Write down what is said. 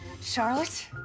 Charlotte